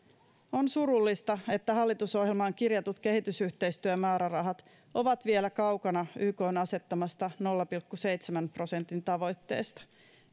on surullista että hallitusohjelmaan kirjatut kehitysyhteistyömäärärahat ovat vielä kaukana ykn asettamasta nolla pilkku seitsemän prosentin tavoitteesta